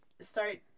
start